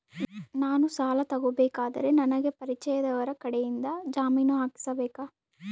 ನಾನು ಸಾಲ ತಗೋಬೇಕಾದರೆ ನನಗ ಪರಿಚಯದವರ ಕಡೆಯಿಂದ ಜಾಮೇನು ಹಾಕಿಸಬೇಕಾ?